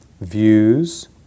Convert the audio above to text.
views